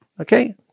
Okay